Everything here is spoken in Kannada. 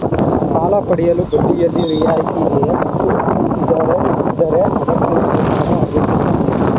ಸಾಲ ಪಡೆಯಲು ಬಡ್ಡಿಯಲ್ಲಿ ರಿಯಾಯಿತಿ ಇದೆಯೇ ಮತ್ತು ಇದ್ದರೆ ಅದಕ್ಕಿರಬೇಕಾದ ಅರ್ಹತೆ ಏನು?